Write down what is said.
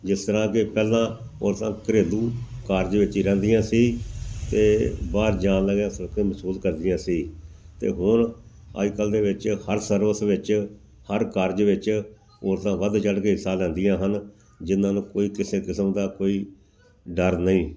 ਜਿਸ ਤਰ੍ਹਾਂ ਕਿ ਪਹਿਲਾਂ ਔਰਤਾਂ ਘਰੇਲੂ ਕਾਰਜ ਵਿੱਚ ਹੀ ਰਹਿੰਦੀਆਂ ਸੀ ਅਤੇ ਬਾਹਰ ਜਾਣ ਲੱਗਿਆ ਸੁਰੱਖਿਅਤ ਮਹਿਸੂਸ ਕਰਦੀਆਂ ਸੀ ਅਤੇ ਹੁਣ ਅੱਜ ਕੱਲ੍ਹ ਦੇ ਵਿੱਚ ਹਰ ਸਰਵਿਸ ਵਿੱਚ ਹਰ ਕਾਰਜ ਵਿੱਚ ਔਰਤਾਂ ਵੱਧ ਚੜ੍ਹ ਕੇ ਹਿੱਸਾ ਲੈਂਦੀਆਂ ਹਨ ਜਿਨ੍ਹਾਂ ਨੂੰ ਕੋਈ ਕਿਸੇ ਕਿਸਮ ਦਾ ਕੋਈ ਡਰ ਨਹੀਂ